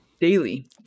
Daily